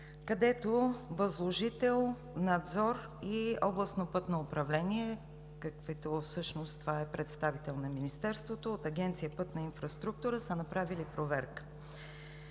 където възложител, надзор и Областно пътно управление – това са представители от Министерството, от Агенция „Пътна инфраструктура“, са направили проверка.